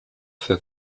für